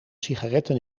sigaretten